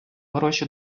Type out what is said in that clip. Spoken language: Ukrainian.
гроші